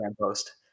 post